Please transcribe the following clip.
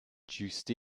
jouxte